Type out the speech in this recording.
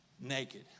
naked